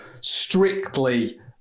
strictly